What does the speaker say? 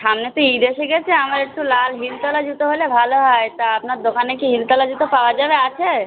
সামনে তো ঈদ এসে গেছে আমার একটু লালা হিল তোলা জুতো হলে ভালো হয় তা আপনার দোকানে কি হিল তোলা জুতো পাওয়া যাবে আছে